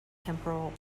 temporal